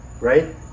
right